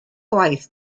gwaith